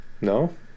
No